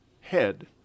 head